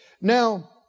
Now